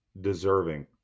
deserving